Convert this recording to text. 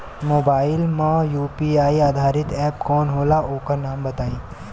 Mobile म UPI आधारित app कौन होला ओकर नाम बताईं?